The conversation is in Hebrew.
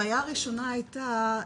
הבעיה הראשונה הייתה,